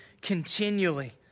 continually